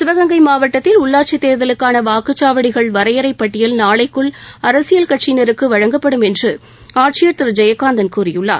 சிவகங்கை மாவட்டத்தில் உள்ளாட்சித் தேர்தலுக்கான வாக்குச் சாவடிகள் வரையறை பட்டியல் நாளைக்குள் அரசியல் கட்சியினருக்கு வழங்கப்படும் என்று ஆட்சியர் திரு ஜெயகாந்தன் கூறியுள்ளார்